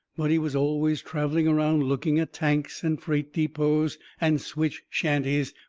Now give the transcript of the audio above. but he was always travelling around looking at tanks and freight depots and switch shanties,